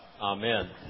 Amen